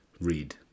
read